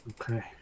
Okay